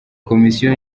komisiyo